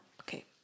okay